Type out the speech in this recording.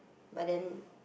but then